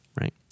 Right